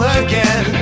again